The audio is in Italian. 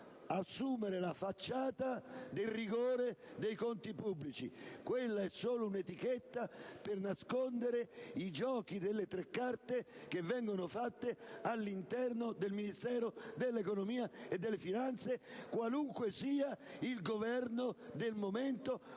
assumere la facciata del rigore dei conti pubblici: quella è solo un'etichetta per nascondere i giochi delle tre carte che vengono fatti all'interno del Ministero dell'economia e delle finanze, qualunque sia il Governo del momento,